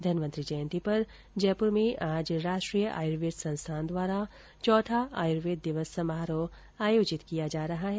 धनवंतरि जयंती पर जयपुर में आज राष्ट्रीय आयुर्वेद संस्थान द्वारा चौथा आयुर्वेद दिवस समारोह आयोजित किया जा रहा है